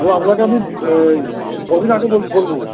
hello আপনাকে আমি কদিন আগে বলবো